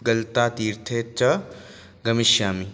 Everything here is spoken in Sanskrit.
गल्तातीर्थे च गमिष्यामि